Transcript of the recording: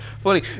funny